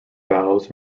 vows